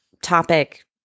topic